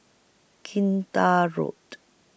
Kinta Road